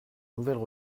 nouvelles